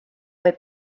võib